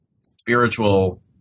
spiritual